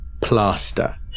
plaster